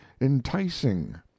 enticing